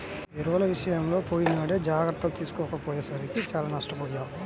ఎరువుల విషయంలో పోయినేడు జాగర్తలు తీసుకోకపోయేసరికి చానా నష్టపొయ్యాం